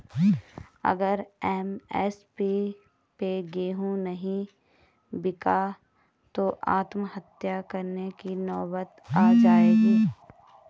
अगर एम.एस.पी पे गेंहू नहीं बिका तो आत्महत्या करने की नौबत आ जाएगी